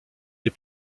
des